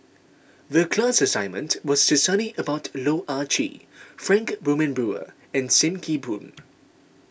the class assignment was to study about Loh Ah Chee Frank Wilmin Brewer and Sim Kee Boon